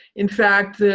in fact,